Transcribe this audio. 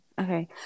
Okay